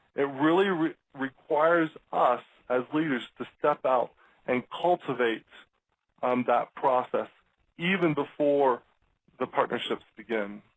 it really requires us as leaders to step out and cultivate um that process even before the partnerships begin.